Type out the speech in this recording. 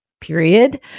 period